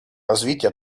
развитие